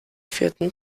vierten